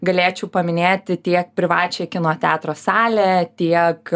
galėčiau paminėti tiek privačią kino teatro salę tiek